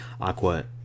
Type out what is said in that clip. Aqua